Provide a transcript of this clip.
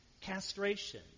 castration